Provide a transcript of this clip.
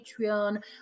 Patreon